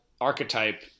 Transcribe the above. archetype